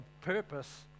purpose